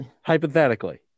Hypothetically